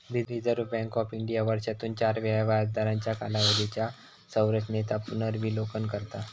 reserve bank of India वर्षातून चार वेळा व्याजदरांच्या कालावधीच्या संरचेनेचा पुनर्विलोकन करता